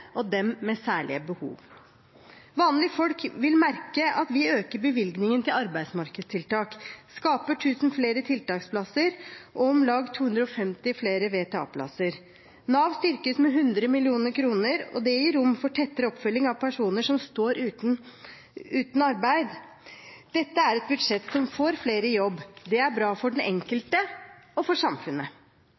og mot dem med særlige behov. Vanlige folk vil merke at vi øker bevilgningen til arbeidsmarkedstiltak, skaper tusen flere tiltaksplasser og om lag 250 flere VTA-plasser. Nav styrkes med 100 mill. kr, og det gir rom for tettere oppfølging av personer som står uten arbeid. Dette er et budsjett som får flere i jobb. Det er bra for den enkelte og for samfunnet.